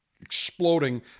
exploding